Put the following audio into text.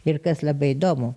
ir kas labai įdomu